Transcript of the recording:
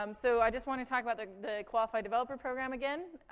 um so i just want to talk about the qualified developer program, again,